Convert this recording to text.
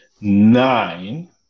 nine